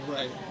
Right